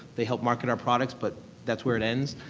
they help market our products, but that's where it ends.